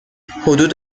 حدود